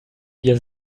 wir